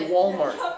Walmart